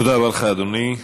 תודה רבה לך, אדוני.